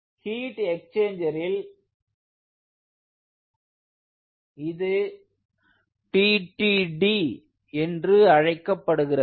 heat எச்சேஞ்சேரில் இது TTD என்று அழைக்கப்படுகிறது